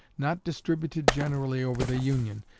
not distributed generally over the union,